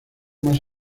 más